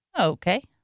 Okay